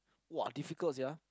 !wah! difficult sia